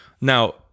Now